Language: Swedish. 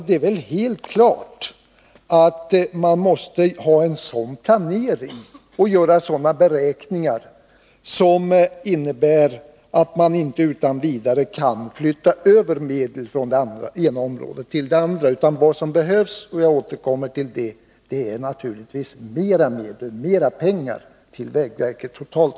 Det är helt klart att man där måste ha en sådan planering och måste göra sådana beräkningar, och att man därför inte utan vidare kan flytta över medel från det ena området till det andra. Vad som behövs — jag återkommer till det — är naturligtvis mera pengar totalt sett till vägverket.